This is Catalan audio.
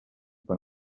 quan